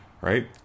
Right